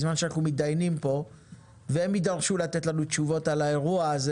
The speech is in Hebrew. בזמן שאנחנו מתדיינים פה והם יידרשו לתת לנו תשובות על האירוע הזה